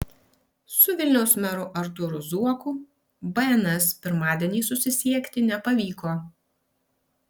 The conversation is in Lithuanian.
su vilniaus meru artūru zuoku bns pirmadienį susisiekti nepavyko